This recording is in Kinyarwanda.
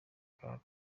card